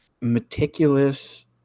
meticulous